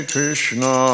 Krishna